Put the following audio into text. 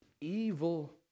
evil